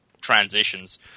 transitions